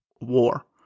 War